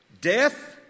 death